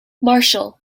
marshal